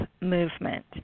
movement